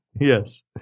yes